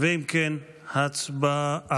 אם כן, הצבעה.